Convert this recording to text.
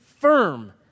firm